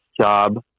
job